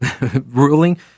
ruling